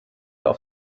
auf